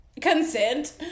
consent